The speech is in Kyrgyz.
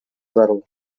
зарыл